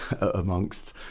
amongst